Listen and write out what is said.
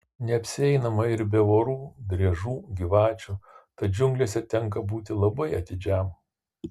neapsieinama ir be vorų driežų gyvačių tad džiunglėse tenka būti labai atidžiam